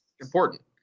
important